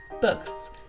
Books